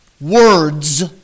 Words